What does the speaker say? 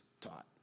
taught